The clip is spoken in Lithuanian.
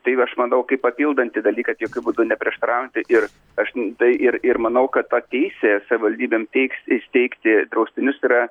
tai aš manau kaip papildantį dalyką tik jokiu būdu neprieštaraujanti ir aš n tai ir ir manau kad ta taisė savivaldybėms teigs įsteigti draustinius yra